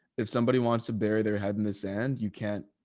if somebody wants to bury their head in the sand, you can't,